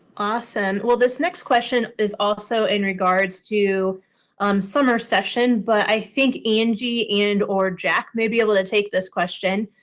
awesome. well, this next question is also in regards to um summer session, but i think angie and or jack may be able to take this question.